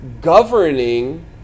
governing